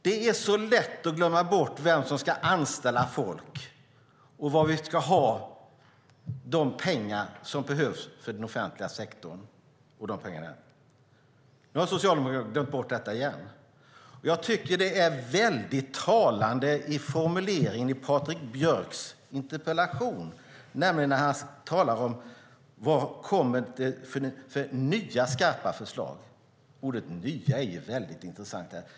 Det är lätt att glömma bort vem som ska anställa folk och varifrån vi ska få de pengar som behövs för den offentliga sektorn. Nu har Socialdemokraterna glömt bort det igen. Formuleringen i Patrik Björcks interpellation är väldigt talande. Han talar om nya, skarpa förslag. Ordet nya är intressant här.